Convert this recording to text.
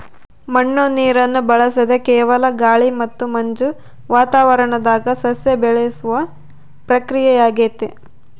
ಮಣ್ಣು ನೀರನ್ನು ಬಳಸದೆ ಕೇವಲ ಗಾಳಿ ಮತ್ತು ಮಂಜು ವಾತಾವರಣದಾಗ ಸಸ್ಯ ಬೆಳೆಸುವ ಪ್ರಕ್ರಿಯೆಯಾಗೆತೆ